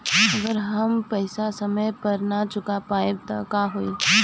अगर हम पेईसा समय पर ना चुका पाईब त का होई?